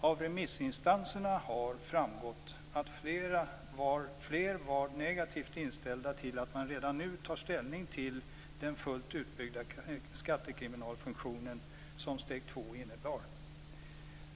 Av remissinstansernas synpunkter har framgått att flera var negativt inställda till att man redan nu tar ställning till den fullt utbyggda skattekriminalfunktion som steg två innebär.